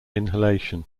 inhalation